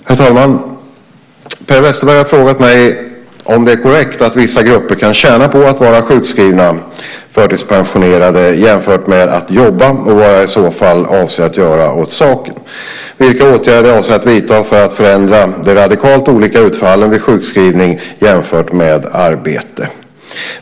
Herr talman! Per Westerberg har frågat mig om det är korrekt att vissa grupper kan tjäna på att vara sjukskrivna eller förtidspensionerade jämfört med att jobba, vad jag i så fall avser att göra åt saken och vilka åtgärder jag avser att vidta för att förändra de radikalt olika utfallen vid sjukskrivning jämfört med arbete.